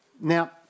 Now